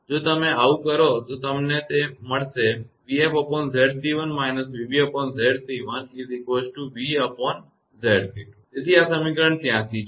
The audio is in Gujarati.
જો તમે આવું કરો છો તો તમને મળશે તેથી આ સમીકરણ 83 છે